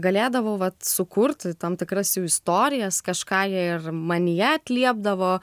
galėdavau vat sukurti tam tikras jų istorijas kažką jie ir manyje atliepdavo